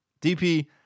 DP